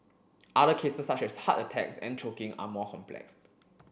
other cases such as heart attacks and choking are more complex